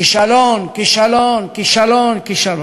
כישלון, כישלון.